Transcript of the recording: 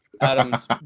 Adam's